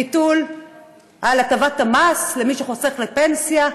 ביטול הטבת המס למי שחוסך לפנסיה.